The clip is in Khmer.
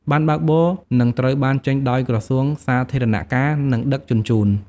ប័ណ្ណបើកបរនឹងត្រូវបានចេញដោយក្រសួងសាធារណការ និងដឹកជញ្ជូន។